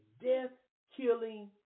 death-killing